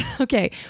Okay